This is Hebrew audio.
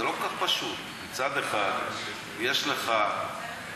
זה לא כל כך פשוט: מצד אחד יש לך חייל,